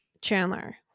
chandler